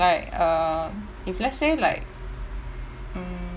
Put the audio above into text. like uh if let say like mm